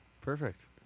Perfect